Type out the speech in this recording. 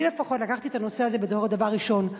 אני לפחות לקחתי את הנושא הזה בתור הדבר הראשון,